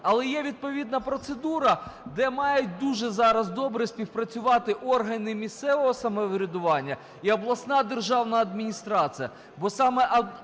Але є відповідна процедура, де мають дуже зараз добре співпрацювати органи місцевого самоврядування і обласна державна адміністрація,